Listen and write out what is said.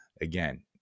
again